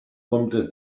comptes